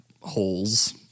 holes